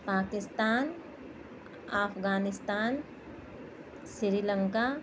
Pakistan Afghanistan Sri Lanka